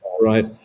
Right